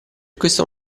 questo